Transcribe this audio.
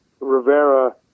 Rivera